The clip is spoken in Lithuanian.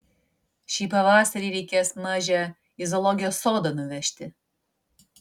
šį pavasarį reikės mažę į zoologijos sodą nuvežti